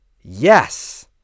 yes